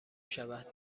شود